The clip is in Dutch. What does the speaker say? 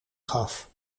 gaf